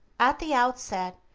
at the outset,